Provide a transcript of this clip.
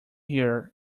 here